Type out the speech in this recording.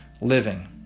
living